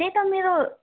त्यही त मेरो